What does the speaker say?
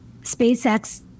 SpaceX